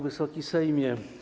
Wysoki Sejmie!